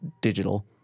digital